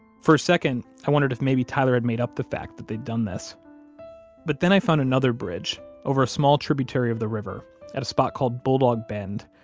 for a second, i wondered if maybe tyler had made up the fact that they'd done this but then i found another bridge over a small tributary of the river at a spot called bulldog bend,